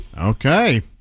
Okay